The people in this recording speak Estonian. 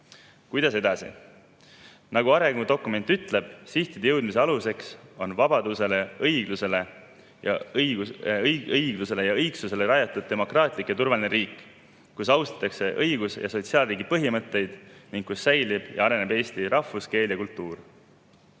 Kuidas edasi? Nagu arengudokument ütleb, sihtideni jõudmise aluseks on vabadusele, õiglusele ja õigsusele rajatud demokraatlik ja turvaline riik, kus austatakse õigus- ja sotsiaalriigi põhimõtteid ning kus säilib ja areneb eesti rahvuskeel ja kultuur.